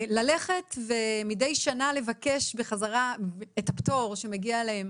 ללכת ומידי שנה לבקש בחזרה את הפטור שמגיע להם